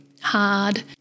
hard